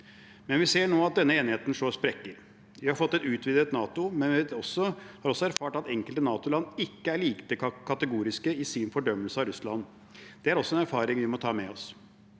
Men vi ser nå at denne enigheten slår sprekker. Vi har fått et utvidet NATO, men vi har også erfart at enkelte NATO-land ikke er like kategoriske i sin fordømmelse av Russland. Det er også en erfaring vi må ta med oss.